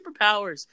superpowers